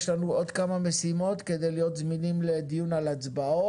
יש לנו עוד כמה משימות כדי להיות זמינים לדיון על הצבעות.